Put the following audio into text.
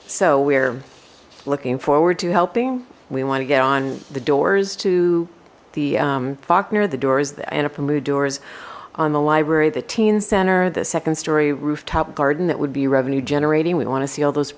so we're looking forward to helping we want to get on the doors to the faulkner the doors the anaphor mood doors on the library the teen center the second story rooftop garden that would be revenue generating we want to see all those